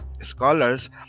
scholars